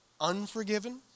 unforgiven